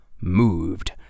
moved